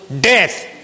death